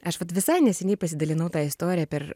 aš vat visai neseniai pasidalinau ta istorija per